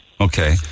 Okay